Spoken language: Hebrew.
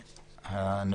חברים,